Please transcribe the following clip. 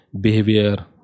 behavior